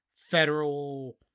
federal